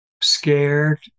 scared